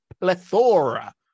plethora